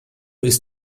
ist